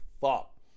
fuck